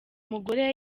mugore